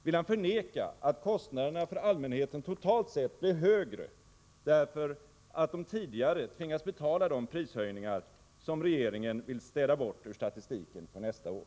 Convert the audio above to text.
Vill han förneka att kostnaderna för allmänheten totalt sett blir högre, därför att man tidigare tvingas betala de prishöjningar som regeringen vill städa bort ur statistiken för nästa år?